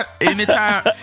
anytime